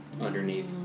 underneath